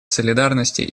солидарности